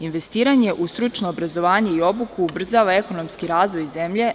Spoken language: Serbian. Investiranje u stručno obrazovanje i obuku ubrzava ekonomski razvoj zemlje.